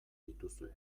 dituzue